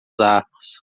armas